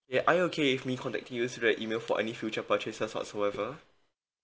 ya are you okay with me contacting you through the email you for any future purchases or whatsoever